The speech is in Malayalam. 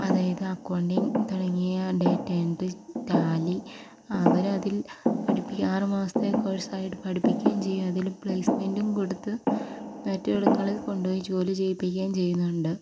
അതായത് അക്കൗണ്ടിങ് തുടങ്ങിയ ഡേറ്റാ എൻട്രി ടാലി അവരതിൽ പഠിപ്പിക്കുക ആറ് മാസത്തെ കോഴസ് ആയിട്ട് പഠിപ്പിക്കുകയും ചെയ്യും അതിൽ പ്ലേസ്മെൻറ്റും കൊടുത്ത് മറ്റ് ഇടങ്ങളിൽ കൊണ്ട് പോയി ജോലി ചെയ്യിപ്പിക്കുകയും ചെയ്യുന്നുണ്ട്